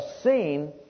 seen